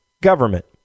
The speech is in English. government